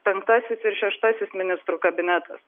penktasis ir šeštasis ministrų kabinetas